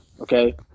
Okay